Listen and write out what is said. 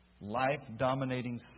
life-dominating